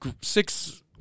six